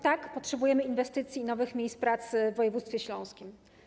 Tak, potrzebujemy inwestycji i nowych miejsc pracy w województwie śląskim.